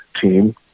team